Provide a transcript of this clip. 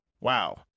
Wow